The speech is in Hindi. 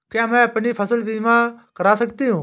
क्या मैं अपनी फसल बीमा करा सकती हूँ?